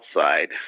outside